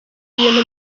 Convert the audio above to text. ibintu